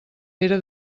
pere